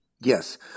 Yes